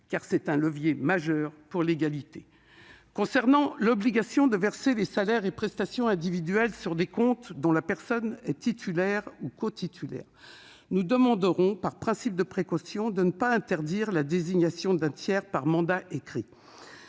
enfance, levier majeur pour l'égalité. Concernant l'obligation de verser les salaires et les prestations individuelles sur des comptes dont la personne est titulaire ou cotitulaire, nous demanderons, au nom du principe de précaution, de ne pas interdire la désignation d'un tiers par mandat écrit.